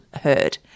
heard